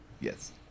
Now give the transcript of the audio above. Yes